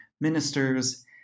ministers